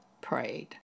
prayed